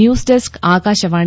news desk Akashvani